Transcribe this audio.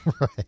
Right